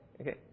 okay